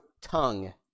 tongue